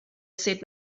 said